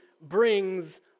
brings